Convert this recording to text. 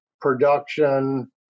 production